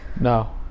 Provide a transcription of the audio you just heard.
no